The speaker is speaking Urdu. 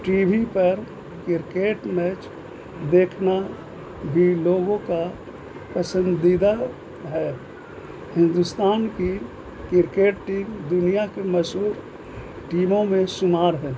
ٹی وی پر کرکٹ میچ دیکھنا بھی لوگوں کا پسندیدہ ہے ہندوستان کی کرکٹ ٹیم دنیا کے مشہور ٹیموں میں شمار ہے